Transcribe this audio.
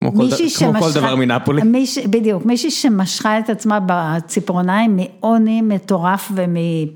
כמו כל דבר מנפולי. בדיוק, מישהי שמשכה את עצמה בציפורניים מעוני, מטורף. ומ...